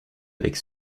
avec